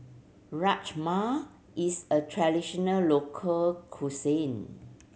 Rajma is a traditional local cuisine